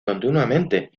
continuamente